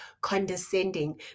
condescending